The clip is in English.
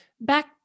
back